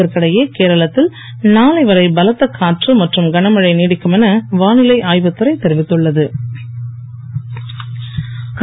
இதற்கிடையே கேரளத்தில் நானை வரை பலத்த காற்று மற்றும் கனமழை நீடிக்கும் என வானிலை ஆய்வு துறை தெரிவித்துள்ள து